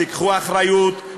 תיקחו אחריות,